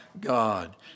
God